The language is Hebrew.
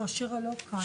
לא, שירה לא כאן.